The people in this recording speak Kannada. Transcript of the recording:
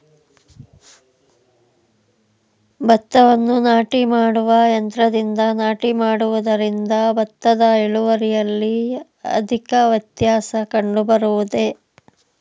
ಭತ್ತವನ್ನು ನಾಟಿ ಮಾಡುವ ಯಂತ್ರದಿಂದ ನಾಟಿ ಮಾಡುವುದರಿಂದ ಭತ್ತದ ಇಳುವರಿಯಲ್ಲಿ ಅಧಿಕ ವ್ಯತ್ಯಾಸ ಕಂಡುಬರುವುದೇ?